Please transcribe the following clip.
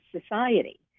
society